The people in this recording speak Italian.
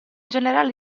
generale